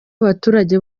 abaturage